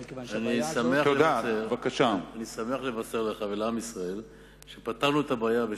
אני שמח לבשר לך ולעם ישראל שפתרנו את הבעיה.